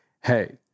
hey